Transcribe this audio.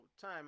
time